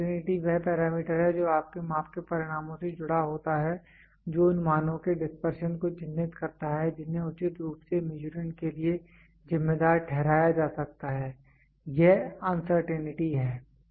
uncertainty वह parameter है जो आपके माप के परिणामों से जुड़ा होता है जो उन मानों के डिस्पर्शन को चिह्नित करता है जिन्हें उचित रूप से मीज़ुरंड के लिए जिम्मेदार ठहराया जा सकता है यह अनसर्टेंटी है